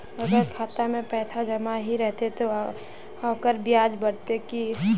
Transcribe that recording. अगर खाता में पैसा जमा ही रहते ते ओकर ब्याज बढ़ते की?